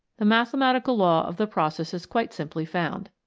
the mathematical law of the process is quite simply found.